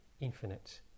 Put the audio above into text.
infinite